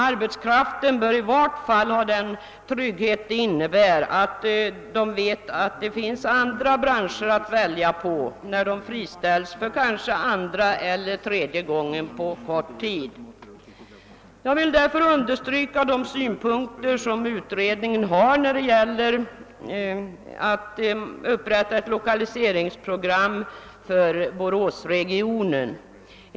Arbetskraften bör i vart fall ha den trygghet det innebär att veta, att det finns andra branscher att välja på när man friställs för kanske andra eller tredje gången på kort tid. Jag vill därför understryka utredningens synpunkter till förmån för uppgörandet av ett lokaliseringsprogram för Boråsregionen.